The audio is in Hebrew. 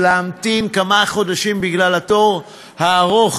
ולהמתין לבדיקה כמה חודשים בגלל התור הארוך